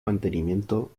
mantenimiento